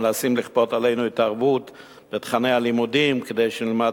מנסים לכפות עלינו תרבות ואת תוכני הלימודים כדי שנלמד